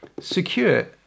secure